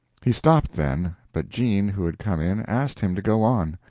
he stopped then, but jean, who had come in, asked him to go on.